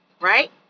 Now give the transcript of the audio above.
Right